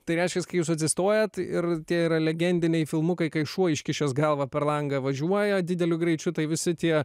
tai reiškias kai jūs atsistojat ir tie yra legendiniai filmukai kai šuo iškišęs galvą per langą važiuoja dideliu greičiu tai visi tie